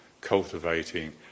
cultivating